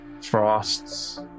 Frost's